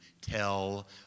tell